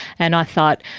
and i thought,